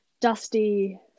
dusty